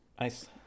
Nice